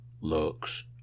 looks